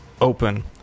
open